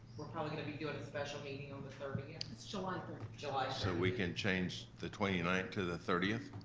we're probably gonna be doing a special meeting on the thirty. and that's july thirty. july thirty. so we can change the twenty nine to the thirty?